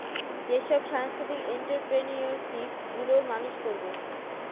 যেসব সাংস্কৃতিক এন্ট্ররপ্রেনিউরশিপ গুলো মানুষ করবে